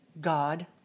God